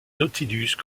nautilus